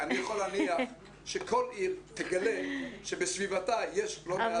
אני יכול להניח שכל עיר תגלה שבסביבתה יש לא מעט טבע.